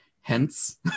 Hence